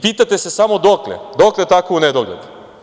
Pitate se samo – dokle tako u nedogled?